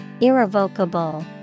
Irrevocable